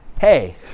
hey